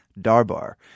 Darbar